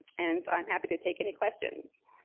and i'm happy to take any questions.